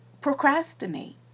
procrastinate